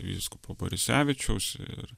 vyskupo borisevičiaus ir